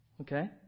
Okay